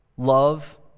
Love